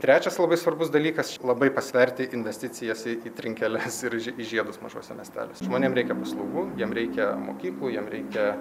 trečias labai svarbus dalykas labai pasverti investicijas į į trinkeles ir ž į žiedus mažuose miesteliuose žmonėm reikia paslaugų jiem reikia mokyklų jiem reikia